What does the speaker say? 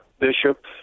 bishop